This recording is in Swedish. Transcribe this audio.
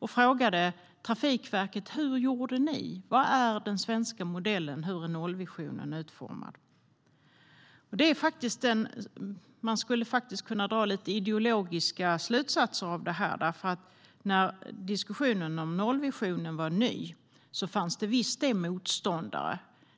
Man frågade Trafikverket hur de gjorde. Vad är den svenska modellen? Hur är nollvisionen utformad? Det går att dra lite ideologiska slutsatser. När diskussionen om nollvisionen var ny fanns visst motståndare.